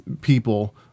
people